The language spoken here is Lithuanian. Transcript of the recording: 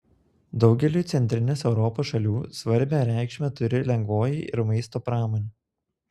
daugeliui centrinės europos šalių svarbią reikšmę turi lengvoji ir maisto pramonė